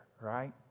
right